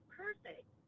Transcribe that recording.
perfect